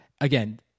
again